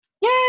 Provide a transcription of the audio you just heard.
Yay